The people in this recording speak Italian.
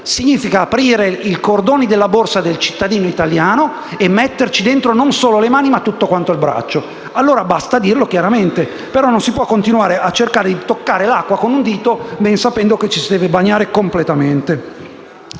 significa aprire i cordoni della borsa del cittadino italiano e metterci dentro non solo le mani, ma tutto quanto il braccio. Basta dirlo chiaramente, però non si può continuare a cercare di toccare l'acqua con un dito, ben sapendo che ci si deve bagnare completamente.